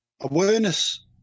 awareness